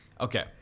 Okay